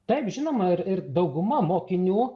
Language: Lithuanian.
taip žinoma ir ir dauguma mokinių